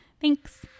thanks